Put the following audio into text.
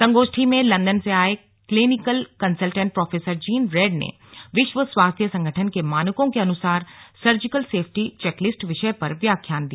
संगोष्ठी में लंदन से आए clinical consultant professor Jean Reid ने विश्व स्वास्थ्य संगठन के मानकों के अनुसार सर्जिकल सेफ्टी चेकलिस्ट विषय पर व्याख्यान दिया